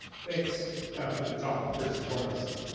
thanks for the talk, first and foremost.